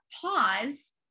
pause